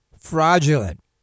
fraudulent